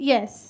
Yes